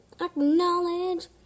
acknowledge